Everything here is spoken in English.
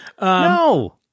No